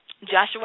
Joshua